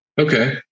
okay